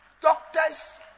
doctors